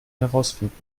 herausfinden